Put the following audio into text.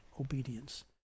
obedience